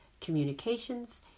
communications